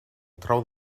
trau